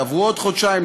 יעברו עוד חודשיים,